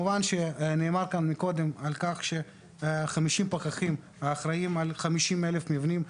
נאמר כאן קודם על כך ש-50 פקחים אחראיים על 50,000 מבנים,